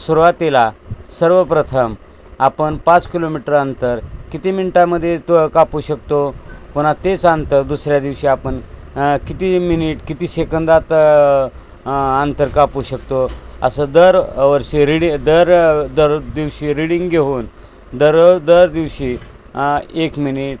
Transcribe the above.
सुरुवातीला सर्वप्रथम आपण पाच किलोमीटर अंतर किती मिनटामध्ये तो कापू शकतो पुन्हा तेच अंतर दुसऱ्या दिवशी आपण किती मिनिट किती सेकंदात अंतर कापू शकतो असं दर वर्षी रीडी दर दर दिवशी रिडीिंग घेऊन दर दर दिवशी एक मिनिट